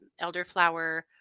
Elderflower